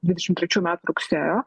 dvidešim trečių metų rugsėjo